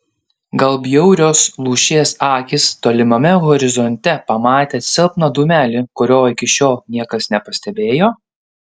gal bjaurios lūšies akys tolimame horizonte pamatė silpną dūmelį kurio iki šiol niekas nepastebėjo